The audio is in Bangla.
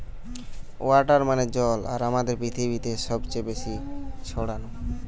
ওয়াটার মানে জল আর আমাদের পৃথিবীতে সবচে বেশি ছড়ানো